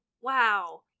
wow